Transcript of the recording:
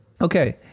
Okay